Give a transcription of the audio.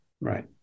right